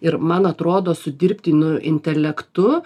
ir man atrodo su dirbtinu intelektu